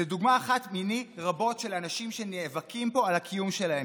זה דוגמה אחת מני רבות של אנשים שנאבקים פה על הקיום שלהם.